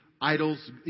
idols